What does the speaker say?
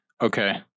okay